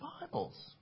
Bibles